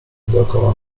dookoła